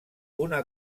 una